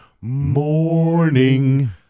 morning